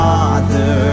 Father